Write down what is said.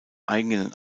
eigenen